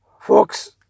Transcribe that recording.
folks